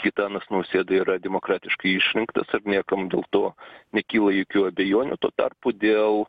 gitanas nausėda yra demokratiškai išrinktas ar niekam dėl to nekyla jokių abejonių tuo tarpu dėl